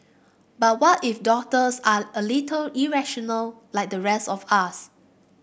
but what if doctors are a little irrational like the rest of us